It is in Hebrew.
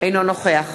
אינו נוכח